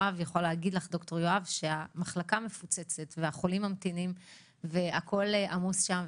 ד"ר יואב יכול להגיד לך שהמחלקה מפוצצת והחולים ממתינים והכול עמוס שם.